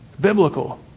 Biblical